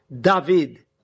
David